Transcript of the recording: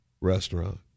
restaurant